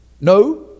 No